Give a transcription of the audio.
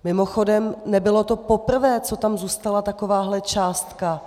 Mimochodem, nebylo to poprvé, co tam zůstala takováhle částka.